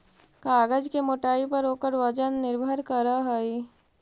कागज के मोटाई पर ओकर वजन निर्भर करऽ हई